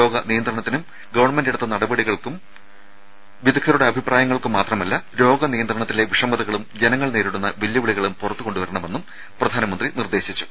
രോഗനിയന്ത്രണത്തിനും government എടുത്ത നടപടികളും വിദഗ്ധരുടെ അഭിപ്രായവും മാത്രമല്ല രോഗനിയന്ത്രണത്തിലെ വിഷമതകളും ജനങ്ങൾ നേരിടുന്ന വെല്ലുവിളികളും പുറത്ത് കൊണ്ടുവരണമെന്നും പ്രധാനമന്ത്രി നിർദ്ദേശിച്ചു